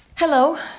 Hello